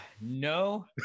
no